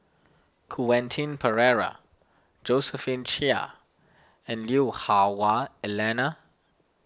Quentin Pereira Josephine Chia and Lui Hah Wah Elena